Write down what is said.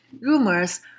rumors